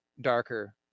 darker